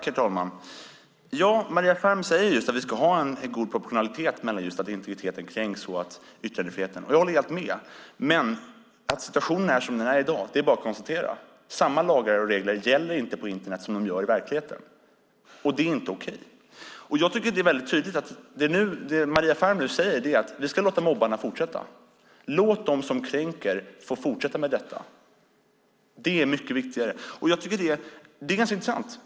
Herr talman! Maria Ferm säger att vi ska ha en god proportionalitet mellan integritetskränkning och yttrandefrihet. Jag håller helt med. Men att situationen är som den är i dag är bara att konstatera. Samma lagar och regler gäller inte på Internet som i verkligheten, och det är inte okej. Det är tydligt att det Maria Ferm nu säger är att vi ska låta mobbarna fortsätta. Låt dem som kränker få fortsätta med detta! Det är mycket viktigare. Det är ganska intressant.